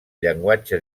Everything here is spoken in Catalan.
llenguatge